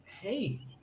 hey